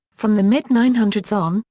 from the mid nine hundred so um